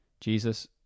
jesus